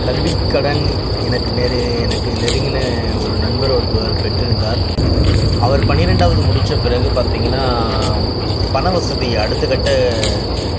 கல்விக்கடன் எனக்கு நெரு எனக்கு நெருங்கின ஒரு நண்பர் ஒருத்தவர் பெற்றிருந்தார் அவர் பன்னிரெண்டாவது முடிச்ச பிறகு பார்த்திங்கனா பண வசதி அடுத்தக்கட்ட